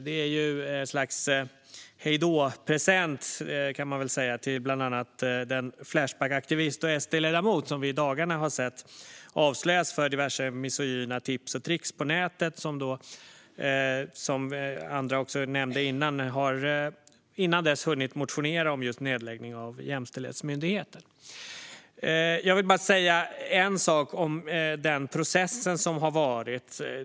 Det är ett slags hej då-present, kan man väl säga, till bland annat den Flashbackaktivist och SD-ledamot som vi i dagarna har sett avslöjas ligga bakom diverse misogyna tips och trix på nätet och som också, som andra nämnde tidigare, innan dess har hunnit motionera om nedläggning av just Jämställdhetsmyndigheten. Jag vill bara säga en sak om den process som har varit.